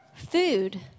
Food